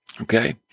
okay